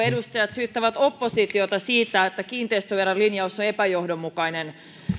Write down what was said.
edustajat syyttävät oppositiota siitä että kiinteistöverolinjaus on epäjohdonmukainen